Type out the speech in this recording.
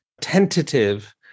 tentative